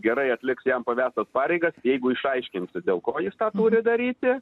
gerai atliks jam pavestas pareigas jeigu išaiškinsi dėl ko jis tą turi daryti